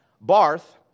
Barth